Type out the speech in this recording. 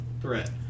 threat